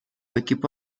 equipo